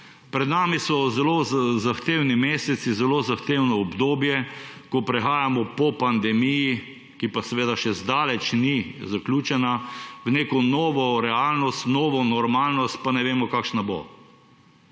Pred nami so zelo zahtevni meseci, zelo zahtevno obdobje, ko prehajamo po pandemiji, ki seveda še zdaleč ni zaključena, v neko novo realnost, v novo normalnost, pa ne vemo, kakšna bo.